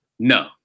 No